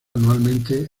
anualmente